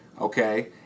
okay